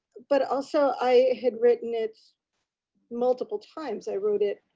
but also i had written it multiple times. i wrote it,